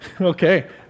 Okay